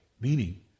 Meaning